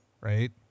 right